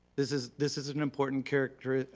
this is this is an important character,